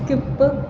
skip